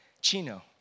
Chino